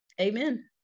amen